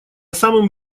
самым